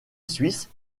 suisse